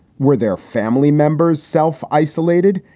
were their family members self isolated?